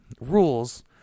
rules